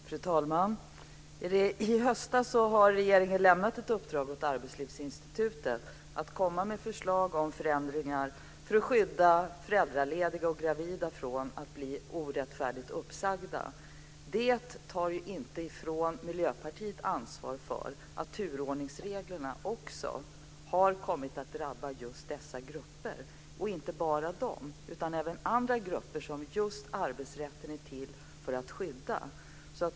Fru talman! I höstas lämnade regeringen ett uppdrag åt Arbetslivsinstitutet att komma med förslag om förändringar för att skydda föräldralediga och gravida från att bli orättfärdigt uppsagda. Det tar inte ifrån Miljöpartiet ansvaret för att turordningsreglerna också har kommit att drabba just dessa grupper. Det gäller inte bara dem utan också andra grupper som arbetsrätten just är till för att skydda.